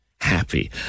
happy